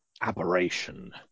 aberration